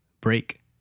Break